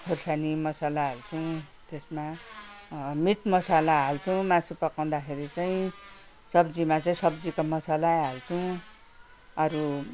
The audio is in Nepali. खोर्सानी मसाला हाल्छौँ त्यसमा मिट मसाला हाल्छौँ मासु पकाउँदाखेरि चाहिँ सब्जीमा चाहिँ सब्जीको मसाला हाल्छौँ अरू